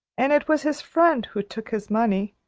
and it was his friend, who took his money.